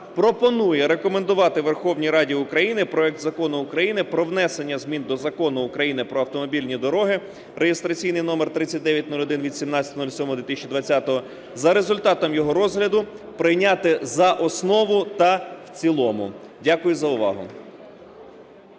пропонує рекомендувати Верховній Раді України проект Закону України про внесення змін до Закону України "Про автомобільні дороги" (реєстраційний номер 3901, від 17.07.2020) за результатом його розгляду прийняти за основу та в цілому. Дякую за увагу.